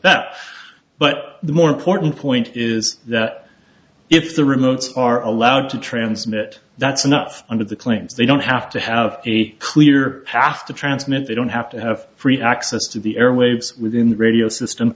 that but the more important point is that if the remotes are allowed to transmit that's not under the claims they don't have to have a clear path to transmit they don't have to have free access to the airwaves within the radio system